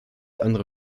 andere